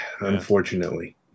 unfortunately